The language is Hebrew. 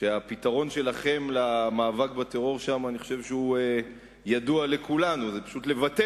כשהפתרון שלכם למאבק בטרור שם ידוע לכולנו: פשוט לוותר